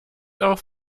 auch